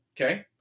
okay